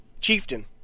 Chieftain